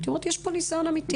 הייתי אומרת יש פה ניסיון אמיתי.